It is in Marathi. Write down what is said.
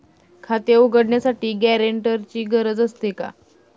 खाते उघडण्यासाठी गॅरेंटरची गरज असते का?